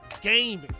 gaming